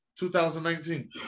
2019